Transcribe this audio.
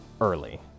early